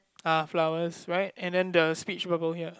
ah flowers right and then the speech bubble here